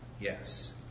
Yes